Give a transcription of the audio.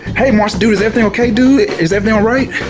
hey monster dude is everything okay dude? is everything alright?